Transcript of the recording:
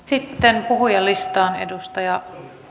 sitten puhujalistaan